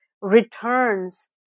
returns